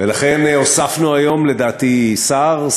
ולכן הוספנו היום לדעתי שר,